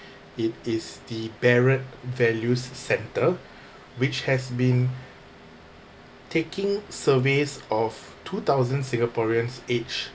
it is the barrett values centre which has been taking surveys of two thousand singaporeans age